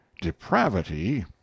depravity